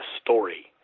story